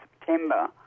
September